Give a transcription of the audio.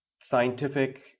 Scientific